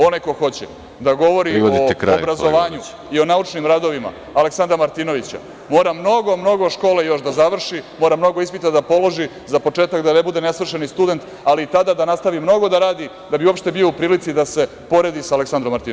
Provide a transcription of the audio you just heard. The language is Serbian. Onaj ko hoće da govori o obrazovanju i o naučnim radovima Aleksandra Martinovića mora mnogo, mnogo škole još da završi, mora mnogo ispita da položi, za početak da ne bude nesvršeni student, ali i tada da nastavi mnogo da radi, da bi uopšte bio u prilici da se poredi sa Aleksandrom Martinovićem.